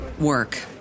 work